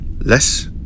less